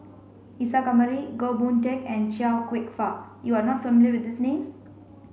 Isa Kamari Goh Boon Teck and Chia Kwek Fah you are not familiar with these names